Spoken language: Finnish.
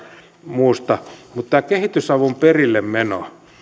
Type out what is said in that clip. muusta mutta tämä kehitysavun perillemeno